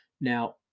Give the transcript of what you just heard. Now